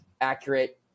accurate